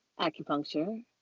acupuncture